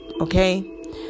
okay